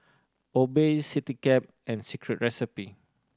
Obey Citycab and Secret Recipe